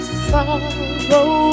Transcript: sorrow